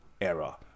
era